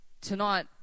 tonight